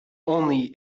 only